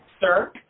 Sir